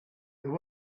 there